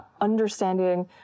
understanding